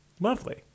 lovely